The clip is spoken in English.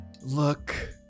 Look